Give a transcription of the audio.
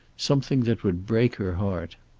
something that would break her heart?